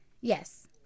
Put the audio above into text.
Yes